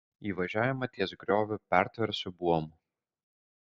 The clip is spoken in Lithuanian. įvažiavimą ties grioviu pertversiu buomu